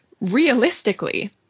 realistically